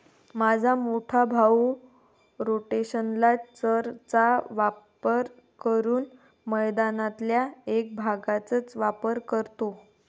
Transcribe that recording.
माझा मोठा भाऊ रोटेशनल चर चा वापर करून मैदानातल्या एक भागचाच वापर करतो